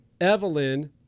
Evelyn